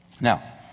now